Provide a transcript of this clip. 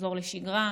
לחזור לשגרה,